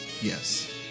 Yes